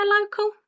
local